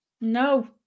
No